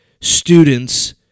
students